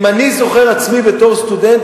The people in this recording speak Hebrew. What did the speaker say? אם אני זוכר עצמי בתור סטודנט,